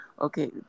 Okay